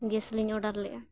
gas ᱞᱤᱧ order ᱞᱮᱜᱼᱟ